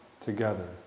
together